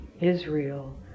Israel